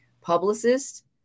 publicist